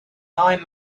nine